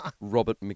Robert